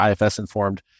IFS-informed